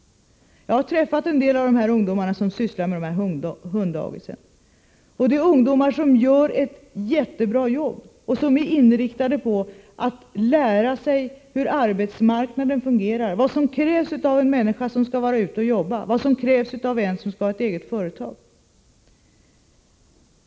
Jag har träffat en del av de ungdomar som sysslar med dessa hund-dagis. Det är ungdomar som gör ett jättebra jobb och som är inriktade på att lära sig hur arbetsmarknaden fungerar och vad som krävs av en människa som skall vara ute och jobba, liksom vad som krävs av en som skall sköta ett eget företag.